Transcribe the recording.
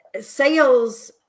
sales